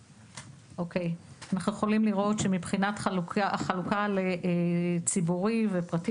אנחנו יכולים לראות שמבחינת החלוקה לציבורי ופרטי,